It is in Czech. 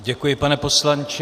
Děkuji, pane poslanče.